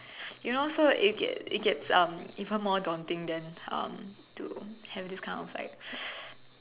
you know so it gets it gets even more taunting then to have this kind of like